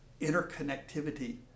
interconnectivity